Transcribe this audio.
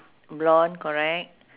blonde correct